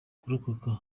kurokoka